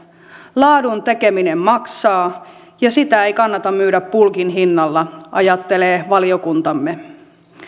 laadun tekeminen maksaa ja sitä ei kannata myydä bulkin hinnalla ajattelee valiokuntamme